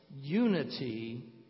Unity